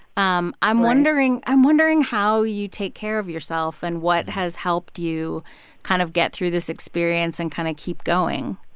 um i'm wondering i'm wondering how you take care of yourself and what has helped you kind of get through this experience and kind of keep going?